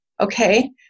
Okay